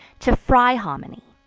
to fry hominy.